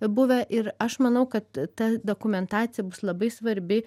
buvę ir aš manau kad ta dokumentacija bus labai svarbi